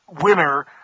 winner